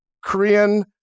Korean